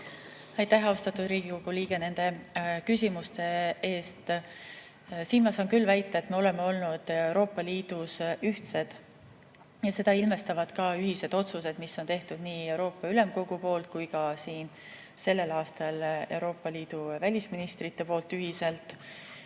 Aitäh, austatud Riigikogu liige, nende küsimuste eest! Siin ma saan küll väita, et me oleme olnud Euroopa Liidus ühtsed. Seda ilmestavad ka ühised otsused, mis on tehtud nii Euroopa Ülemkogu poolt kui ka sellel aastal Euroopa Liidu välisministrite poolt ühiselt,